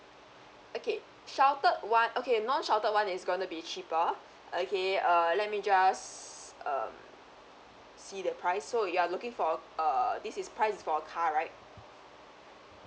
okay sheltered one okay non sheltered one is going to be cheaper okay err let me just um see the price so you are looking for err this is price is for a car right